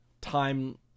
time